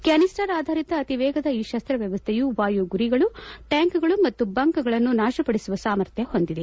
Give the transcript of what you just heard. canister ಆಧಾರಿತ ಅತಿ ವೇಗದ ಈ ಶಸ್ತ್ರ ವ್ಯವಸ್ಥೆಯು ವಾಯುಗುರಿಗಳು ಟ್ಯಾಂಕ್ ಗಳು ಮತ್ತು ಬಂಕರ್ ಗಳನ್ನು ನಾಶಪದಿಸುವ ಸಾಮರ್ಥ್ಯ ಹೊಂದಿದೆ